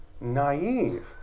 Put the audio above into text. naive